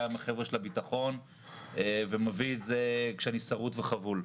גם עם החבר'ה של הביטחון ומביא את זה כאשר אני שרוט וחבול.